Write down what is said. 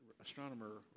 astronomer